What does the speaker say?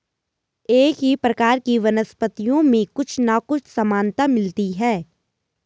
एक ही प्रकार की वनस्पतियों में कुछ ना कुछ समानता मिलती है